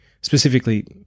specifically